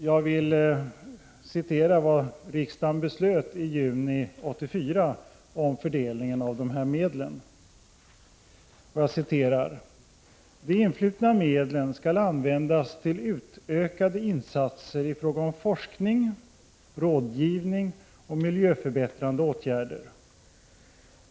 Jag vill citera vad riksdagen beslöt i juni 1984 om fördelningen av de här medlen: ”— de influtna medlen skall användas till utökade insatser i fråga om forskning, rådgivning och miljöförbättrande åtgärder.